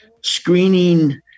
screening